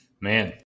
Man